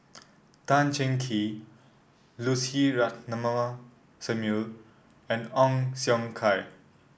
Tan Cheng Kee Lucy Ratnammah Samuel and Ong Siong Kai